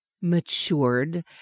matured